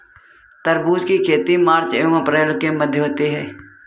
तरबूज की खेती मार्च एंव अप्रैल के मध्य होती है